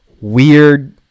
weird